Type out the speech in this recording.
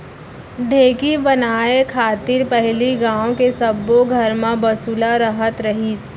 ढेंकी बनाय खातिर पहिली गॉंव के सब्बो घर म बसुला रहत रहिस